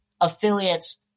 affiliates